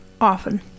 often